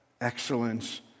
excellence